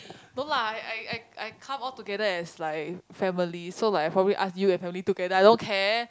no lah I I I count altogether as like family so like I probably ask you and family together I don't care